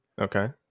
Okay